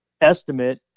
estimate